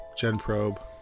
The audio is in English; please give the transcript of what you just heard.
GenProbe